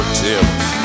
tips